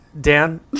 Dan